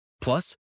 Plus